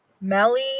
Melly